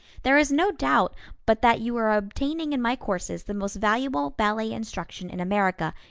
there is no doubt but that you are obtaining in my courses the most valuable ballet instruction in america,